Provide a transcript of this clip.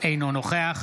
אינו נוכח